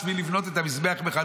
בנו עכשיו בשביל לבנות את המזבח מחדש,